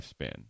lifespan